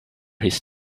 his